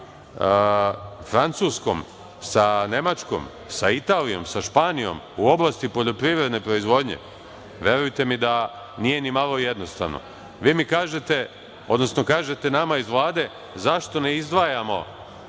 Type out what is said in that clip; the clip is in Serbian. Francuskom, sa Nemačkom, sa Italijom, sa Španijom u oblasti poljoprivredne proizvodnje, verujte mi da nije ni malo jednostavno. Kažete nama iz Vlade zašto ne izdvajamo